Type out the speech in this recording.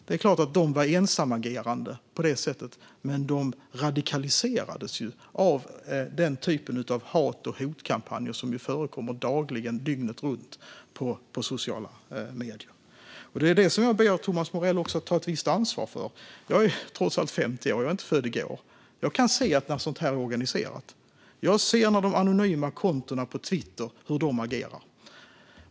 Det är klart att de på ett sätt var ensamagerande, men de radikaliserades av det slags hat och hotkampanjer som förekommer dagligen och dygnet runt på sociala medier. Det är detta jag vill att Thomas Morell ska ta ett visst ansvar för. Jag är inte född i går - jag är trots allt 50 år - utan jag kan se när sådant är organiserat. Jag ser hur personerna bakom de anonyma kontona på Twitter agerar.